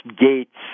Gates